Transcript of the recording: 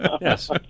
Yes